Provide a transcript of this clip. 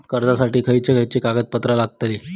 कर्जासाठी खयचे खयचे कागदपत्रा लागतली?